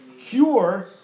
cure